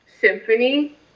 symphony